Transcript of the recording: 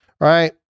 right